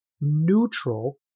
neutral